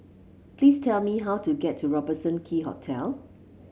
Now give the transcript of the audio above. please tell me how to get to Robertson Quay Hotel